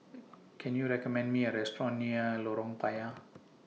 Can YOU recommend Me A Restaurant near Lorong Payah